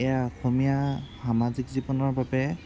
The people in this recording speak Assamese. এয়া অসমীয়া সামাজিক জীৱনৰ বাবে